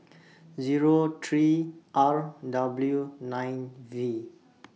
Zero three R W nine V